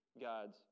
God's